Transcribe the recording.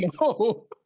No